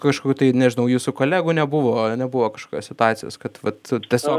kažkokių tai nežinau jūsų kolegų nebuvo nebuvo kažkokios situacijos kad vat tiesiog